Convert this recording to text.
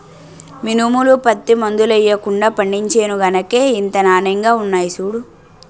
మినుములు, పత్తి మందులెయ్యకుండా పండించేను గనకే ఇంత నానెంగా ఉన్నాయ్ సూడూ